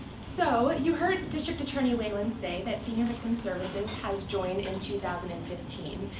so you heard district attorney whelan say that senior victim services has joined in two thousand and fifteen,